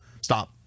Stop